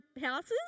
houses